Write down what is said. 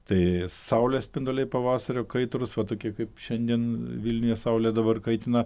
tai saulės spinduliai pavasario kaitros vat tokie kaip šiandien vilniuje saulė dabar kaitina